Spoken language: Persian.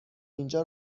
اینجا